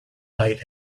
night